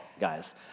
guys